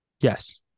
yes